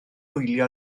wylio